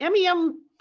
MEM